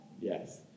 Yes